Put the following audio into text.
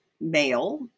male